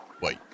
Wait